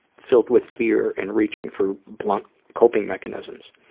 filled with fear, and reaching for blunt coping mechanisms.